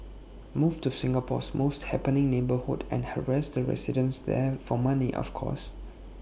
move to Singapore's most happening neighbourhood and harass the residents there for money of course